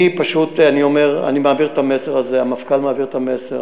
אני מעביר את המסר הזה, המפכ"ל מעביר את המסר.